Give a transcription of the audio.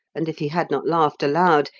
and if he had not laughed aloud,